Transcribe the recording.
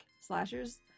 slashers